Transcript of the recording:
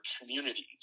communities